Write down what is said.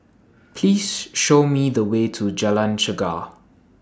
Please Show Me The Way to Jalan Chegar